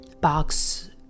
box